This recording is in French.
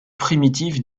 primitive